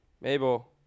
Mabel